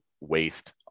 waste